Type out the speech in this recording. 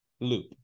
loop